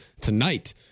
tonight